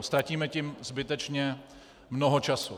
Ztratíme tím zbytečně mnoho času.